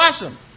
awesome